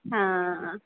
ਹਾਂ